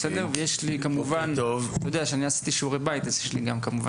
רק אוסיף שאני גם עשיתי שיעורי בית אז גם יש לי שאלות,